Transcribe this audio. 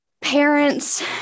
parents